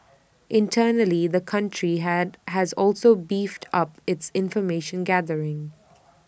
internally the country had has also beefed up its information gathering